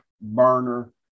burner